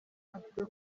avuga